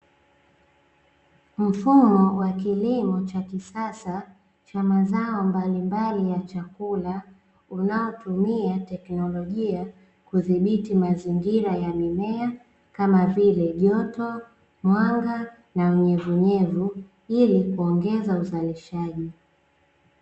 Mfumo wa kilimo cha kisasa cha mazao mbalimbali ya chakula, unaotumia tekinolojia kudhibiti mazingira ya mimea, kama vile joto, mwanga na unyevunyevu ili kuongeza uzalishaji.